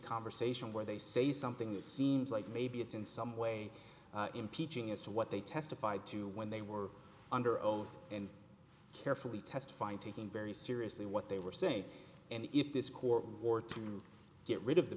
conversation where they say something that seems like maybe it's in some way impeaching as to what they testified to when they were under oath and carefully testifying taking very seriously what they were saying and if this court or to get rid of the